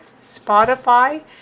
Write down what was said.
Spotify